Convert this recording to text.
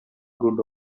good